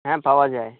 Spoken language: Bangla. হ্যাঁ পাওয়া যায়